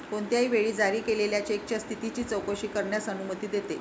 कोणत्याही वेळी जारी केलेल्या चेकच्या स्थितीची चौकशी करण्यास अनुमती देते